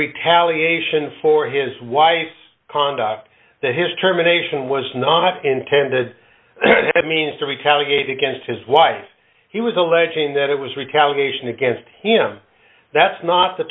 retaliation for his wife's conduct that his terminations was not intended i mean to retaliate against his wife he was alleging that it was retaliation against him that's not the